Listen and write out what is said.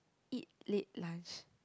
eat late lunch